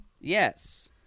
Yes